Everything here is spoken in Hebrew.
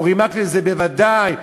אורי מקלב זה בוודאי,